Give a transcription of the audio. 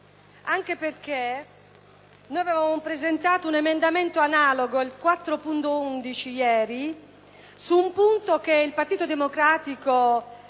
di ieri, noi avevamo presentato un emendamento analogo, il 4.11, su un punto che il Partito Democratico